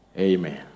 Amen